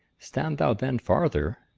stand thou then farther.